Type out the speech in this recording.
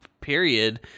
period